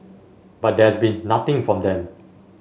but there's been nothing from them